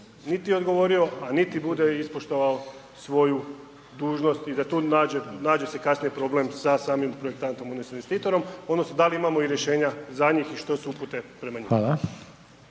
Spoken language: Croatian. niti odgovorio a niti bude ispoštovao svoju dužnost i da tu nađe se kasnije problem sa samim projektantom odnosno investitorom, odnosno da li imamo i rješenja za njih i što su upute prema njima.